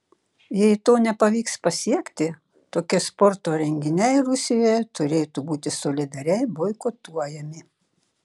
jei to nepavyks pasiekti tokie sporto renginiai rusijoje turėtų būti solidariai boikotuojami